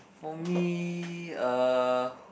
for me uh